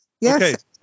yes